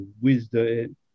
wisdom